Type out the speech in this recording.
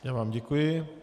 Já vám děkuji.